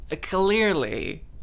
clearly